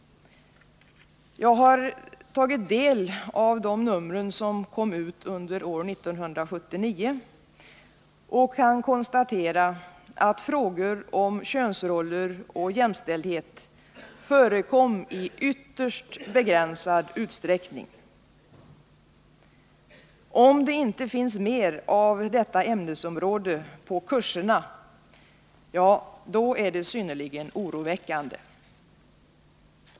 Jag har tagit del av de nummer som kom ut under år 1979 och kan konstatera att frågor om könsroller och jämställdhet förekom i ytterst begränsad utsträckning. Om det inte finns mer av detta ämnesområde på kurserna är det synnerligen oroväckande.